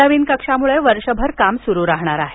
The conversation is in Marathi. नवीन कक्षामुळे वर्षभर काम सुरू राहणार आहे